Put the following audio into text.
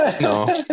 No